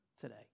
today